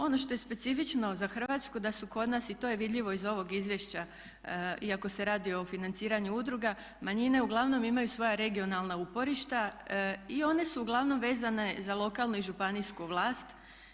Ono što je specifično za Hrvatsku da su kod nas i to je vidljivo iz ovog izvješća iako se radi o financiranju udruga manjine uglavnom imaju svoja regionalna uporišta i one su uglavnom vezane za lokalnu i županijsku vlast.